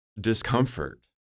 discomfort